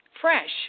fresh